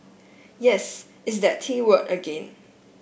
yes it's that T word again